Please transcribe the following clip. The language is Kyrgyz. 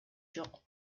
жок